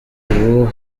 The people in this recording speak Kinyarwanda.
ubu